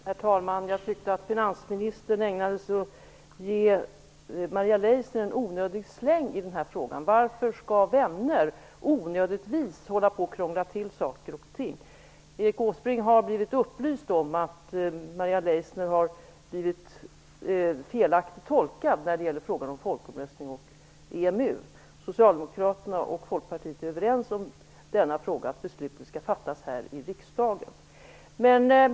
Herr talman! Jag tyckte att finansministern gav Maria Leissner en onödig släng i den här frågan. Varför skall vänner i onödan krångla till saker och ting? Erik Åsbrink har blivit upplyst om att Maria Leissner har blivit felaktigt tolkad när det gäller frågan om folkomröstning och EMU. Socialdemokraterna och Folkpartiet är överens om denna fråga, nämligen att beslutet skall fattas här i riksdagen.